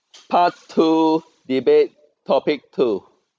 part two debate topic two